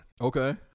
Okay